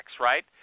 right